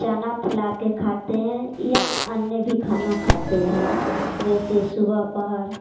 चना फुला के खाते हैं या अन्य भी खाना खाते हैं जैसे सुबह पहर